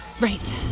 Right